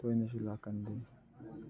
ꯇꯣꯏꯅꯁꯨ ꯂꯥꯛꯀꯟꯗꯦ